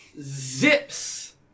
Zips